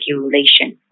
regulation